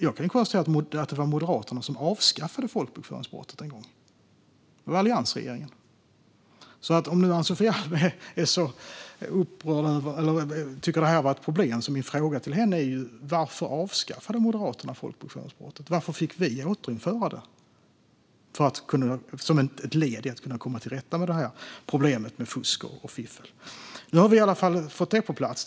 Jag kan konstatera att det var Moderaterna som avskaffade folkbokföringsbrottet en gång; det var alliansregeringen. Så om Ann-Sofie Alm tycker att detta är ett problem vill jag fråga henne: Varför avskaffade Moderaterna folkbokföringsbrottet? Varför fick vi återinföra det som ett led i att komma till rätta med problemet med fusk och fiffel? Nu har vi i alla fall fått det på plats.